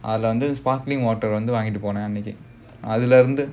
அதுல வந்து:adhula vandhu sparkling water வந்து வாங்கிட்டு போவேன்:vandhu vaangittu povaen